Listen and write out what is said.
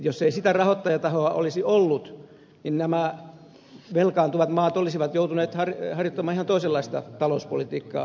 jos ei sitä rahoittajatahoa olisi ollut niin nämä velkaantuvat maat olisivat joutuneet harjoittamaan ihan toisenlaista talouspolitiikkaa finanssipolitiikkaa